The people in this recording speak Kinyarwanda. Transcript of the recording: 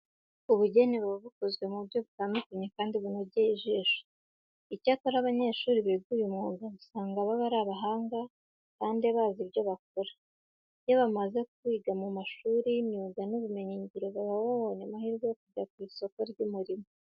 Ubugeni buba bukozwe mu buryo butandukanye kandi bunogeye ijisho. Icyakora abanyeshuri biga uyu mwuga, usanga baba ari abahanga kandi bazi ibyo bakora. Iyo bamaze kuwiga mu mashuri y'imyuga n'ubumenyingiro baba babonye amahirwe yo kujya ku isoko ry'umurimo.